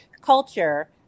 culture